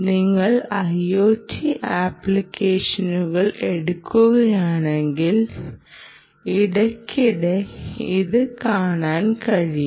നിങ്ങൾ IOT അപ്ലിക്കേഷനുകൾ എടുക്കുകയാണെങ്കിൽ ഇടയ്ക്കിടെ അത് കാണാൻ കഴിയും